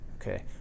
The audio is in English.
okay